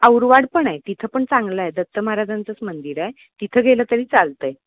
औरवाड पण आहे तिथं पण चांगलं आहे दत्त महाराजांचंच मंदिर आहे तिथं गेलं तरी चालतं आहे